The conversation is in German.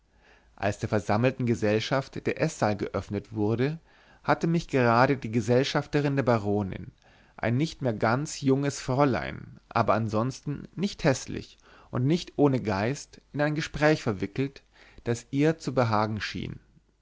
als der versammelten gesellschaft der eßsaal geöffnet wurde hatte mich gerade die gesellschafterin der baronin ein nicht mehr ganz junges fräulein aber sonst nicht häßlich und nicht ohne geist in ein gespräch verwickelt das ihr zu behagen schien